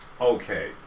Okay